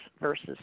versus